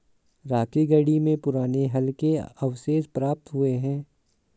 राखीगढ़ी में पुराने हल के अवशेष प्राप्त हुए हैं